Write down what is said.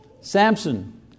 Samson